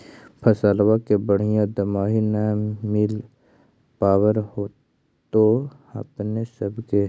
फसलबा के बढ़िया दमाहि न मिल पाबर होतो अपने सब के?